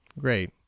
great